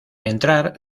entrar